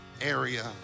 area